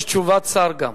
יש תשובת שר גם.